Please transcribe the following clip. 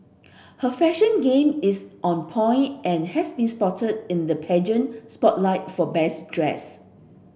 her fashion game is on point and has been spotted in the pageant spotlight for best dressed